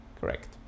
Correct